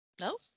No